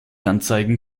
anzeigen